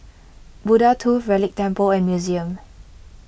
Buddha Tooth Relic Temple and Museum